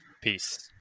peace